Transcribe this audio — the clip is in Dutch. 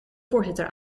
voorzitter